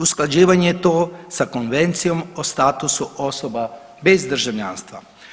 Usklađivanje je to sa Konvencijom o statusu osoba bez državljanstva.